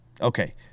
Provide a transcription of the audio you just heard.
Okay